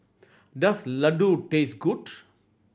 does Ladoo taste good